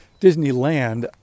Disneyland